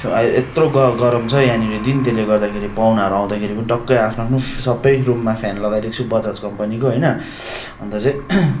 आ यो यत्रो ग गरम छ यहाँनिर दिन त्यसले गर्दाखेरि पाहुनाहरू आउँदाखेरि पनि टक्कै आफ्नो आफ्नो सबै रुममा फ्यान लगाइदिएको छु बजाज कम्पनीको होइन अन्त चाहिँ